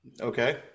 Okay